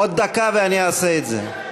עוד דקה ואני אעשה את זה.